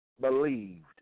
believed